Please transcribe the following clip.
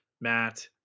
Matt